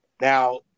Now